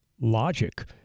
logic